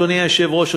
אדוני היושב-ראש,